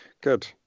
Good